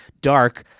dark